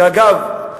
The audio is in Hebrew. אגב,